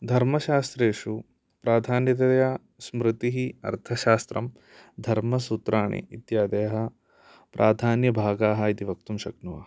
धर्मशास्त्रेषु प्राधान्यतया स्मृतिः अर्थशास्त्रम् धर्मसूत्राणि इत्यादयः प्राधान्यभागाः इति वक्तुं शक्नुमः